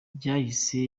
byahise